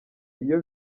iyo